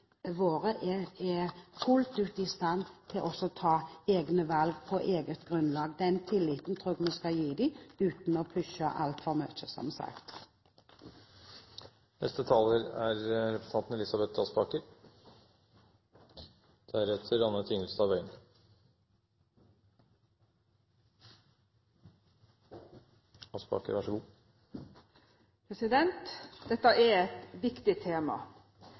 våre er fullt ut i stand til å ta egne valg på eget grunnlag. Den tilliten tror jeg vi skal gi dem uten å pushe altfor mye, som sagt. Dette er et viktig tema.